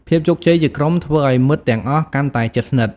ភាពជោគជ័យជាក្រុមធ្វើឲ្យមិត្តទាំងអស់កាន់តែជិតស្និទ្ធ។